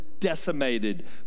Decimated